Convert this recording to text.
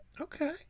Okay